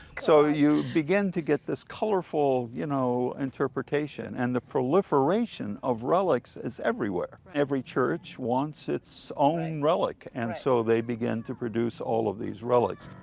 so you begin to get this colorful, you know, interpretation. and the proliferation of relics is everywhere. every church wants its own relic, and so they begin to produce all of these relics.